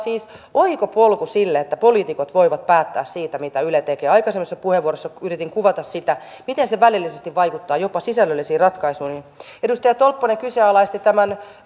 oikopolku sille että poliitikot voivat päättää siitä mitä yle tekee aikaisemmassa puheenvuorossa yritin kuvata sitä miten se välillisesti vaikuttaa jopa sisällöllisiin ratkaisuihin edustaja tolppanen kyseenalaisti tämän